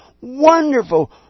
Wonderful